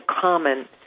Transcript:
common